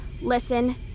Listen